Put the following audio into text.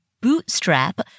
bootstrap